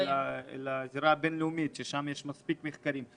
לפנות לעזרה בין-לאומית ששם יש מספיק מחקרים.